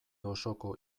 osoko